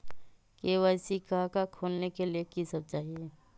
KYC का का खोलने के लिए कि सब चाहिए?